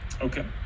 okay